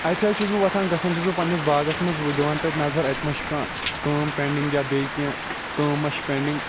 اَتہٕ حظ چھُس بہٕ وۄتھان گَژھان چھُس بہٕ پَننِس باغَس مَنٛز دِوان تَتہِ نَظَر اَتہِ مہَ چھِ کانٛہہ کٲم پیٚنڈِنٛگ یا بیٚیہِ کینٛہہ کٲم مہَ چھ پینٛڈِنٛگ